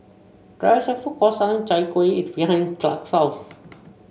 there is a food court selling Chai Kueh behind Clark's house